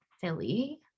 philly